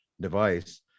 device